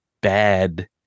bad